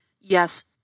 Yes